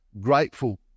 grateful